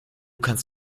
kannst